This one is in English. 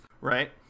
right